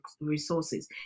resources